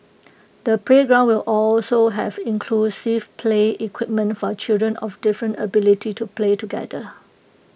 the playground will also have inclusive play equipment for children of different abilities to play together